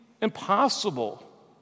impossible